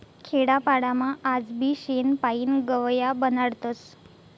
खेडापाडामा आजबी शेण पायीन गव या बनाडतस